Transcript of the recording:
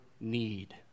need